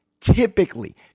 Typically